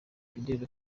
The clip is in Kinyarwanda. fidela